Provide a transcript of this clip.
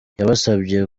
yabasabye